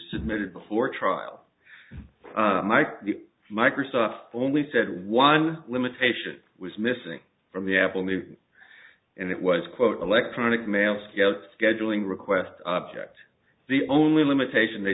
submitted before trial mike the microsoft only said one limitation was missing from the apple movie and it was quote electronic mail scale scheduling request object the only limitation they